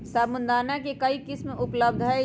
साबूदाना के कई किस्म उपलब्ध हई